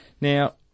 Now